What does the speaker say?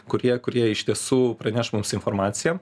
kurie kurie iš tiesų praneš mums informaciją